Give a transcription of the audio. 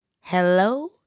Hello